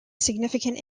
significant